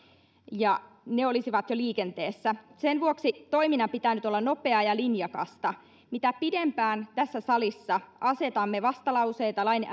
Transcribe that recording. ja ne olisivat jo liikenteessä sen vuoksi toiminnan pitää nyt olla nopeaa ja linjakasta mitä pidempään tässä salissa asetamme vastalauseita lain